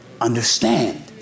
understand